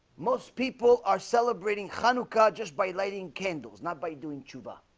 most people are celebrating hanukkah just by lighting candles not by doing chuba